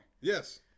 Yes